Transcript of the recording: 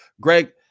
Greg